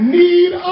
need